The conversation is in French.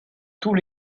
tous